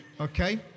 Okay